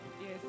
Yes